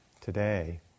today